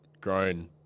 grown